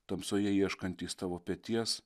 tamsoje ieškantys tavo peties